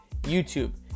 YouTube